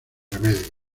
remedios